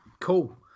cool